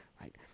right